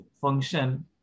function